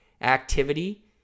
activity